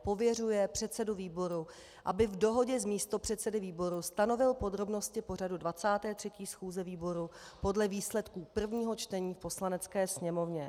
II. pověřuje předsedu výboru, aby v dohodě s místopředsedy výboru stanovil podrobnosti pořadu 23. schůze výboru podle výsledku prvního čtení v Poslanecké Sněmovně.